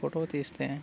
photo తీస్తే